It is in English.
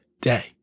day